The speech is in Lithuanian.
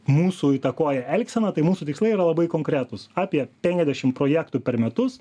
mūsų įtakoja elgseną tai mūsų tikslai yra labai konkretūs apie penkiasdešim projektų per metus